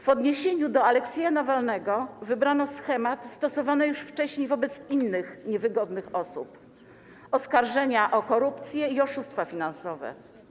W odniesieniu do Aleksieja Nawalnego wybrano schemat stosowany już wcześniej wobec innych niewygodnych osób - oskarżenia o korupcję i oszustwa finansowe.